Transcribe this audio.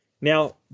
Now